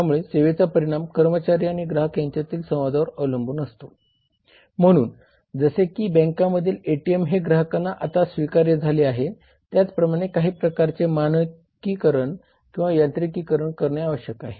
त्यामुळे सेवेचा परिणाम कर्मचारी आणि ग्राहक यांच्यातील संवादावर अवलंबून असतो म्हणून जसे की बँकांमधील एटीएम हे ग्राहकांना आता स्वीकार्य झाले आहे त्याच प्रमाणे काही प्रकारचे मानकीकरण किंवा यांत्रिकीकरण करणे आवश्यक आहे